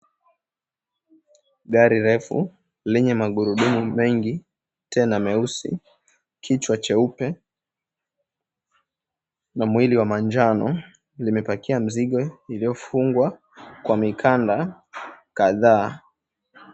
Gari refu lenye magurudumu mengi tena meusi kichwa cheupe na mwili wa manjano limepakia mzigo iliofungwa kwa mikanda kadhaa.